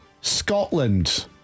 Scotland